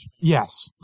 Yes